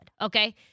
okay